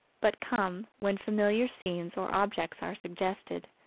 but come, when familiar scenes or objects are suggested.